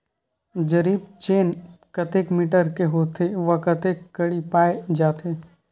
जरीब चेन कतेक मीटर के होथे व कतेक कडी पाए जाथे?